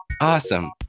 Awesome